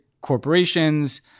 corporations